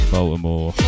Baltimore